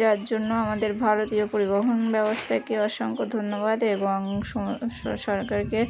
যার জন্য আমাদের ভারতীয় পরিবহন ব্যবস্থাকে অসংখ্য ধন্যবাদ এবং সরকারকে